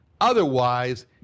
Otherwise